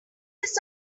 does